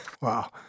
Wow